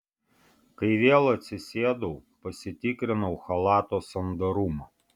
kai vėl atsisėdau pasitikrinau chalato sandarumą